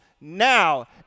now